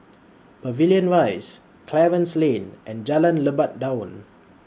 Pavilion Rise Clarence Lane and Jalan Lebat Daun